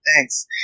Thanks